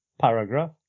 paragraph